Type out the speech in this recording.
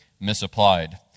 misapplied